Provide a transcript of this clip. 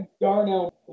Darnell